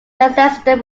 leicester